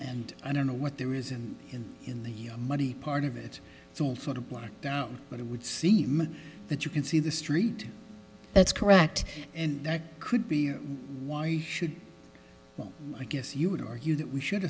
and i don't know what there is and in in the money part of it still for the black down but it would seem that you can see the street that's correct and that could be why should i guess you would argue that we should